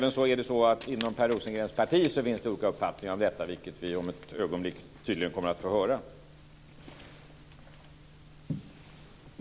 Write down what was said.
Det är tydligen så att det även finns olika uppfattningar om detta inom Per Rosengrens parti, vilket vi tydligen kommer att få höra om ett ögonblick.